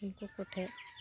ᱱᱩᱠᱩᱠᱚ ᱴᱷᱮᱡ